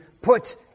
put